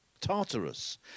Tartarus